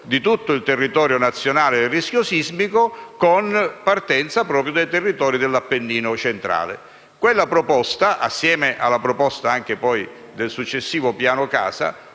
in tutto il territorio nazionale del rischio sismico, a partire proprio dai territori dell'Appennino centrale. Quella proposta, assieme alla proposta del successivo piano casa,